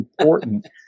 important